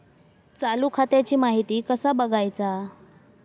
चालू खात्याची माहिती कसा बगायचा?